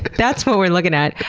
that's what we're looking at.